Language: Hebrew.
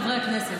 חברי הכנסת,